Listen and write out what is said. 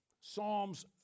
Psalms